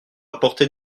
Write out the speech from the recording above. apporter